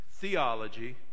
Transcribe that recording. theology